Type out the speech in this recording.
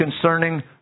concerning